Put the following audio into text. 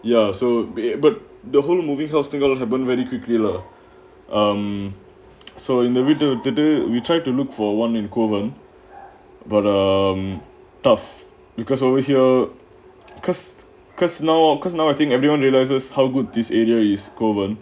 ya so but the whole movie of singular happened very quickly lah I'm so in the middle of the day we try to look for one in kovan but um tough because over here because because now because now I think everyone realizes how good this area is kovan